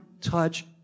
touch